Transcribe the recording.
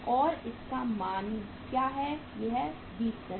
और इसका माना या 20 दिन